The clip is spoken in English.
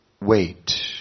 wait